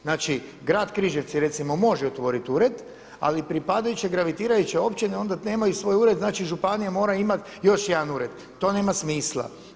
Znači grad Križevci recimo može otvoriti ured ali pripadajuće gravitirajuće općine onda nemaju svoj ured, znači županija mora imati još jedan ured, to nema smisla.